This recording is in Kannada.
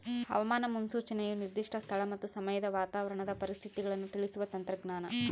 ಹವಾಮಾನ ಮುನ್ಸೂಚನೆಯು ನಿರ್ದಿಷ್ಟ ಸ್ಥಳ ಮತ್ತು ಸಮಯದ ವಾತಾವರಣದ ಪರಿಸ್ಥಿತಿಗಳನ್ನು ತಿಳಿಸುವ ತಂತ್ರಜ್ಞಾನ